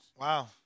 Wow